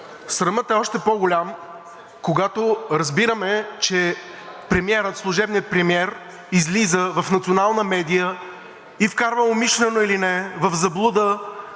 срамът е още по-голям, когато разбираме, че служебният премиер излиза в национална медия и вкарва умишлено или не в заблуда